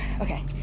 Okay